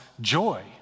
joy